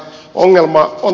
ongelma on